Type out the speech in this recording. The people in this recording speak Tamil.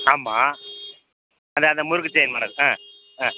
ஆமாம் அந்த அந்த முறுக்கு செயின் மாடல் ஆ ஆ